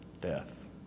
death